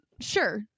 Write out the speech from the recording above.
sure